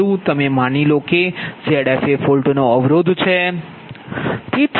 તમે માની લો કે Zf એ ફોલ્ટ નો અવરોધ છે